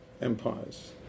empires